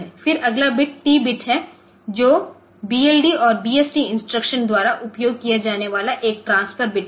फिर अगला bit T bit है जो बीएलडी और बीएसटी इंस्ट्रक्शन द्वारा उपयोग किया जाने वाला एक ट्रांसफर बिट है